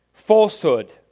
Falsehood